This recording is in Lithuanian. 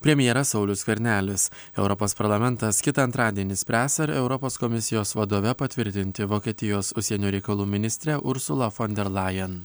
premjeras saulius skvernelis europos parlamentas kitą antradienį spręs ar europos komisijos vadove patvirtinti vokietijos užsienio reikalų ministrę ursulą fon der lajen